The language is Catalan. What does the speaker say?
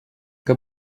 que